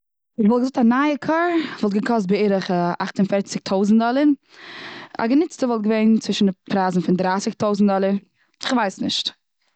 איך וואלט געזאגט א נייע קאר וואלט געזאגט א אכט און פערציג טויזנט דאלער. א גענוצטע וואלט געווען צווישן די פרייזן פון דרייסיג טויזנט דאלער. כ'ווייס נישט.